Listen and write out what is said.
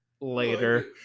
later